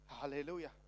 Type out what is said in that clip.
hallelujah